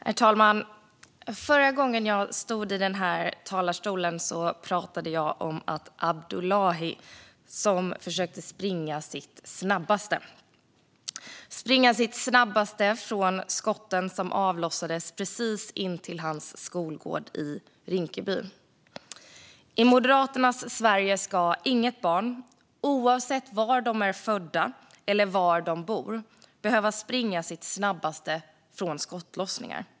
Herr talman! Förra gången jag stod i den här talarstolen pratade jag om Abdullahi, som försökte springa sitt snabbaste från skotten som avlossades precis intill hans skolgård i Rinkeby. I Moderaternas Sverige ska inga barn, oavsett var de är födda eller var de bor, behöva springa sitt snabbaste från skottlossningar.